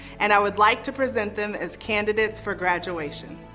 and i would like to present them as candidates for graduation.